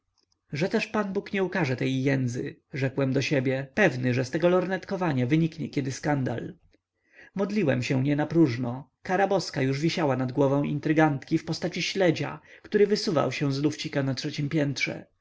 że też pan bóg nie ukarze tej jędzy rzekłem do siebie pewny że z tego lornetowania wyniknie kiedy skandal modliłem się nienapróżno kara boska już wisiała nad głową intrygantki w postaci śledzia który wysuwał się z lufcika na trzeciem piętrze